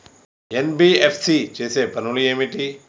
NBFC చేసే పనులు ఏమిటి?